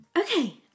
Okay